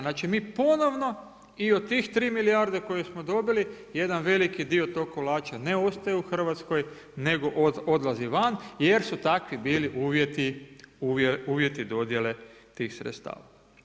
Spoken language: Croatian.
Znači, mi ponovno i od tih 3 milijarde koje smo dobili jedan veliki dio tog kolača ne ostaje u Hrvatskoj nego odlazi van jer su takvi bili uvjeti dodjele tih sredstava.